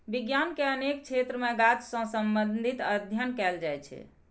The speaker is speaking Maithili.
विज्ञान के अनेक क्षेत्र मे गाछ सं संबंधित अध्ययन कैल जाइ छै